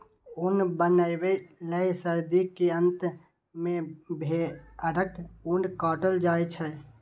ऊन बनबै लए सर्दी के अंत मे भेड़क ऊन काटल जाइ छै